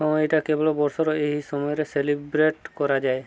ହଁ ଏଇଟା କେବଳ ବର୍ଷର ଏହି ସମୟରେ ସେଲିବ୍ରେଟ୍ କରାଯାଏ